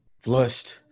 Flushed